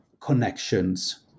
connections